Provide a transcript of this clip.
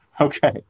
Okay